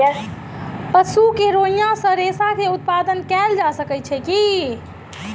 पशु के रोईँयाँ सॅ रेशा के उत्पादन कयल जा सकै छै